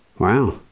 Wow